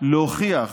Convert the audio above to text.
להוכיח